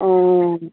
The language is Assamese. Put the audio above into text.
অঁ